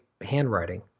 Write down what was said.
handwriting